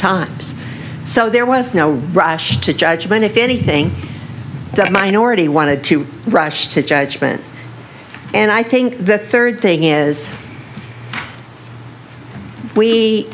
times so there was no rush to judgment if anything the minority wanted to rush to judgment and i think the third thing is we